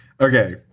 Okay